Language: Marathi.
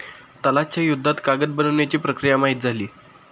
तलाश च्या युद्धात कागद बनवण्याची प्रक्रिया माहित झाली